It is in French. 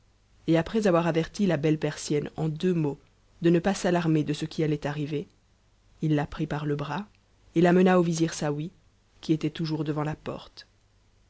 et après o belle persienne en deux mots de ne pas s'alarmer de ce qui allait kct il la p par le bras l'amena au vizir saouy qui était toujours t porte